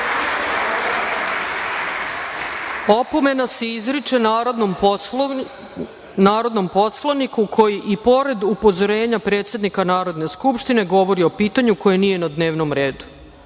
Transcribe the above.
"Opomena se izriče narodnom poslaniku koji i pored upozorenja predsednika Narodne skupštine govori o pitanju koje nije na dnevnom